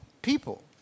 People